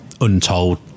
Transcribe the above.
untold